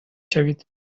شوید